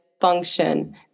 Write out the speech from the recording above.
function